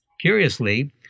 Curiously